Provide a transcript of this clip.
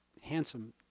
handsome